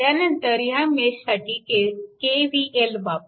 त्यानंतर ह्या मेश साठी KVL वापरा